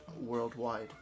worldwide